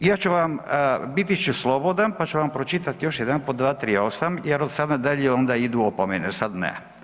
Ja ću vam biti ću slobodan pa ću vam pročitati još jedanput 238. jer od sada na dalje onda idu opomene, sad ne.